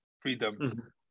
freedom